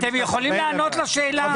תסבירו מה עוד יש בסעיף הזה.